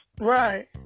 Right